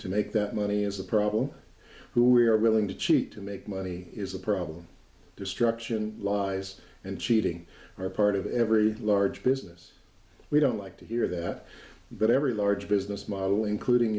to make that money is a problem who we are willing to cheat to make money is a problem destruction lies and cheating are part of every large business we don't like to hear that but every large business model including